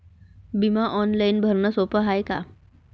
बिमा ऑनलाईन भरनं सोप हाय का?